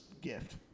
gift